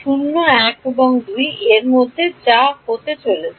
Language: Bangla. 0 1 2 এর মধ্যে যা হতে চলেছে